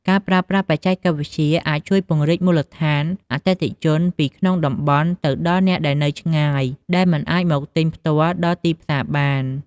ការប្រើប្រាស់បច្ចេកវិទ្យាអាចជួយពង្រីកមូលដ្ឋានអតិថិជនពីក្នុងតំបន់ទៅដល់អ្នកដែលនៅឆ្ងាយ ដែលមិនអាចមកទិញផ្ទាល់ដល់ទីផ្សារបាន។